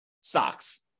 stocks